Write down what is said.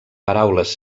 paraules